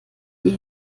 die